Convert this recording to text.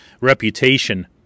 reputation